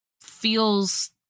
feels